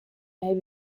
may